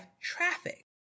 traffic